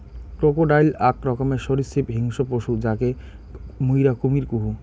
crocodile আক রকমের সরীসৃপ হিংস্র পশু যাকে মুইরা কুমীর কহু